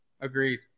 Agreed